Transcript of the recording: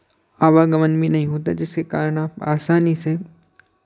आवागमन भी नहीं होता जिसके कारण आप आसानी से